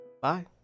Bye